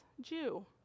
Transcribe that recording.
Jew